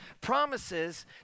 Promises